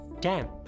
Damp